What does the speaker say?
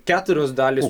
keturios dalys